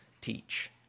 teach